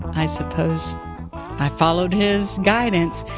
i suppose i followed his guidance.